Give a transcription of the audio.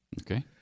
Okay